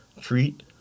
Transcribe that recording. treat